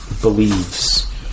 believes